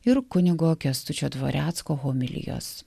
ir kunigo kęstučio dvarecko homilijos